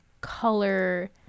color